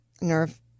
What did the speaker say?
nerve